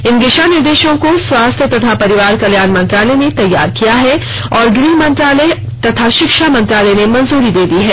इन दिशा निर्देशों को स्वास्थ्य तथा परिवार कल्याण मंत्रालय ने तैयार किया है और गृह मंत्रालय तथा शिक्षा मंत्रालय ने मंजूरी दे दी है